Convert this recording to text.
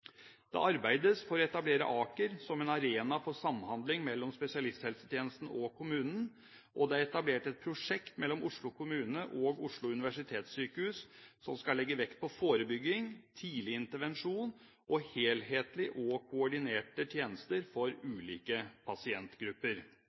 Det arbeides for å etablere Aker som en arena for samhandling mellom spesialisthelsetjenesten og kommunen, og det er etablert et prosjekt mellom Oslo kommune og Oslo universitetssykehus som skal legge vekt på forebygging, tidlig intervensjon og helhetlige og koordinerte tjenester for